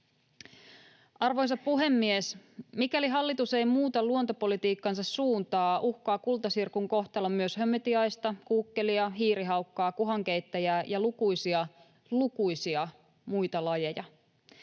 Arvoisa puhemies! Mikäli hallitus ei muuta luontopolitiikkansa suuntaa, uhkaa kultasirkun kohtalo myös hömötiaista, kuukkelia, hiirihaukkaa, kuhankeittäjää ja lukuisia, lukuisia muita lajeja.